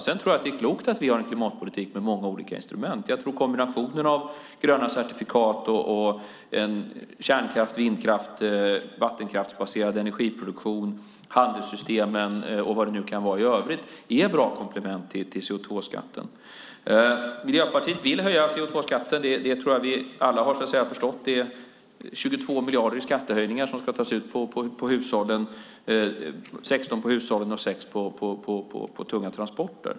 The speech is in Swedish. Sedan tror jag att det klokt att vi har en klimatpolitik med många olika instrument. Jag tror att kombinationen av gröna certifikat och en kärnkrafts-, vindkrafts och vattenkraftsbaserad energiproduktion, handelssystem och vad det kan vara i övrigt är bra komplement till CO2-skatten. Miljöpartiet vill höja CO2-skatten. Det tror jag att vi alla har förstått. Det är 22 miljarder i skattehöjningar som ska tas ut, 16 på hushållen och 6 på tunga transporter.